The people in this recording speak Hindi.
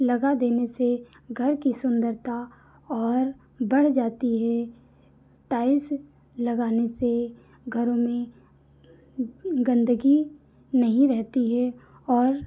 लगा देने से घर की सुन्दरता और बढ़ जाती है टाइल्स लगाने से घरों में गंदगी नहीं रहती है और